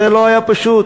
זה לא היה פשוט,